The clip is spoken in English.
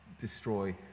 destroy